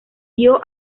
dio